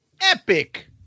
Epic